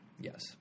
Yes